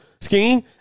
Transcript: skiing